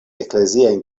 ekleziajn